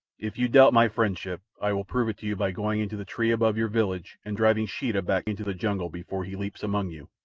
if you doubt my friendship, i will prove it to you by going into the tree above your village and driving sheeta back into the jungle before he leaps among you.